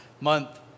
month